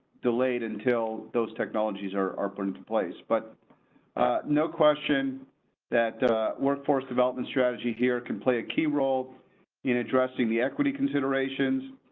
delayed until those technologies are are put into place, but no question that workforce development strategy here can play a key role in addressing the equity considerations.